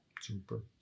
super